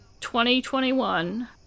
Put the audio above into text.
2021